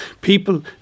people